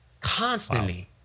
constantly